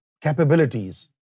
capabilities